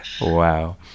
Wow